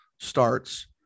starts